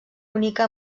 única